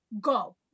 go